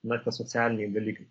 na tie socialiniai dalykai